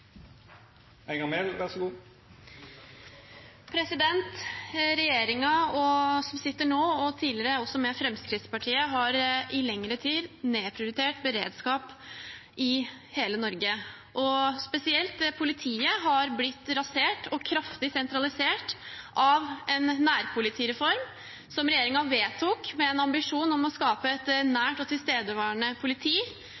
tidligere, med Fremskrittspartiet – har i lengre tid nedprioritert beredskapen i hele Norge, og spesielt politiet har blitt rasert og kraftig sentralisert av en nærpolitireform som regjeringen vedtok med en ambisjon om å skape et